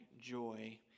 joy